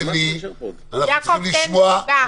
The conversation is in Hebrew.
יעקב, תן לי סיבה.